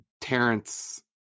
terrence